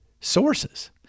sources